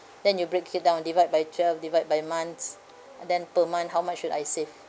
then you break it down and divide by twelve divide by months and then per month how much should I save